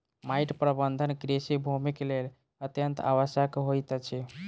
माइट प्रबंधन कृषि भूमिक लेल अत्यंत आवश्यक होइत अछि